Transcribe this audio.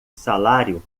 salário